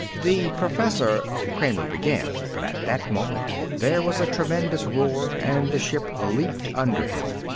the professor kramer began, but at that moment there was a tremendous roar and the ship leaped under him.